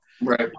Right